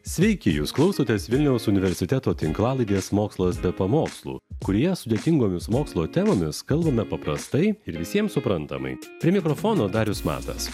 sveiki jūs klausotės vilniaus universiteto tinklalaidės mokslas be pamokslų kurioje sudėtingomis mokslo temomis kalbame paprastai ir visiems suprantamai prie mikrofono darius matas